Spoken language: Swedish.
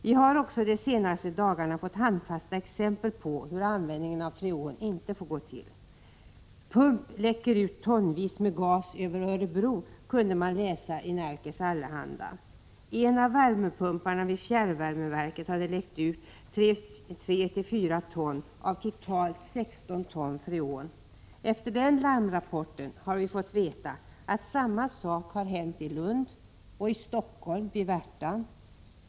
Vi har också de senaste dagarna fått handfasta exempel på hur användningen av freon inte får gå till. ”Pump läcker ut tonvis med gas över Örebro”, kunde man läsa i Nerikes Allehanda. En av värmepumparna vid fjärrvärmeverket hade läckt ut tre till fyra ton av totalt 16 ton freon. Efter den larmrapporten har vi fått veta att samma sak har hänt i Lund och i Stockholm, vid Värtan.